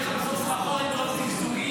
תהיה לך בסוף סחרחורת מרוב זגזוגים.